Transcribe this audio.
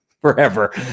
forever